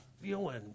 feeling